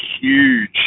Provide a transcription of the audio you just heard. huge